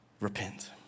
Repent